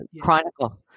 Chronicle